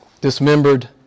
Dismembered